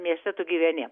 mieste tu gyveni